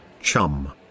chum